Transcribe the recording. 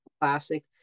classic